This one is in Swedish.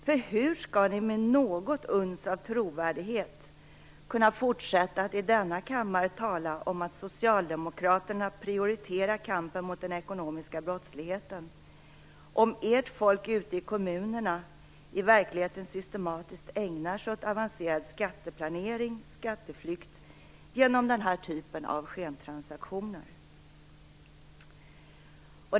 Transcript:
För hur skall ni med något uns av trovärdighet kunna fortsätta att i denna kammare tala om att Socialdemokraterna prioriterar kampen mot den ekonomiska brottsligheten om ert folk ute i kommunerna i verkligheten systematiskt ägnar sig åt avancerad skatteplanering/skatteflykt genom den här typen av skentransaktioner?